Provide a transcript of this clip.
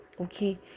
okay